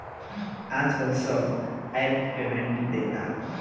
आजकल सब app payment देता